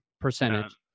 percentage